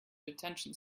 detention